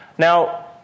Now